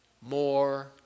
more